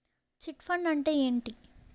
Chit fund అంటే ఏంటి?